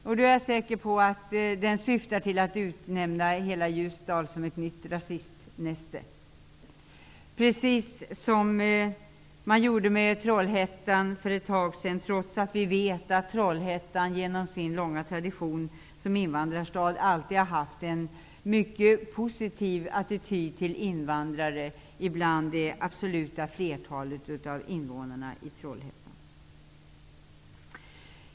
Då är jag säker på att den syftar till att utnämna hela Ljusdal till ett nytt rasistnäste, precis som man gjorde med Trollhättan för ett tag sedan. Vi vet att det alltid har funnits en positiv attityd till invandrare bland det absoluta flertalet av invånarna där, eftersom Trollhättan har en lång tradition som invandrarstad.